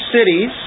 cities